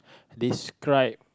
describe